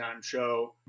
show